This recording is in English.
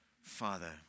Father